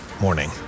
Morning